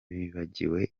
bibagiwe